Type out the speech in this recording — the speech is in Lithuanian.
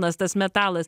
nas tas metalas